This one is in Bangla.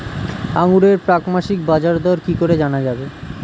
আঙ্গুরের প্রাক মাসিক বাজারদর কি করে জানা যাবে?